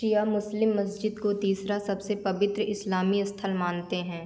शिया मुस्लिम मस्जिद को तीसरा सबसे पवित्र स्लामी अस्थल मानते हैं